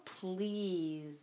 please